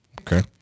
Okay